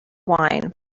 wine